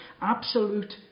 absolute